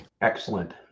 Excellent